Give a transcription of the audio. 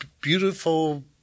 beautiful